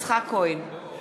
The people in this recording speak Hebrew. יצחק כהן,